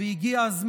הינה,